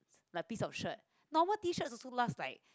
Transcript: like piece of shirt normal T shirt also last like